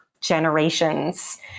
generations